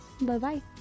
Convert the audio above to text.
Bye-bye